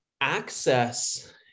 access